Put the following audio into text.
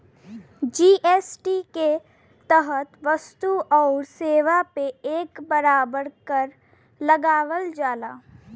GST के तहत वस्तु आउर सेवा पे एक बराबर कर लगावल जाला